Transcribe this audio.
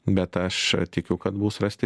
bet aš tikiu kad bus rasti